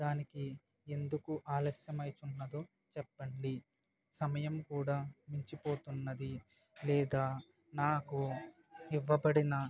దానికి ఎందుకు ఆలస్యం అవుతుందో చెప్పండి సమయం కూడా మించి పోతున్నది లేదా నాకు ఇవ్వబడిన